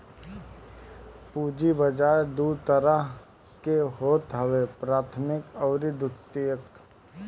पूंजी बाजार दू तरह के होत हवे प्राथमिक अउरी द्वितीयक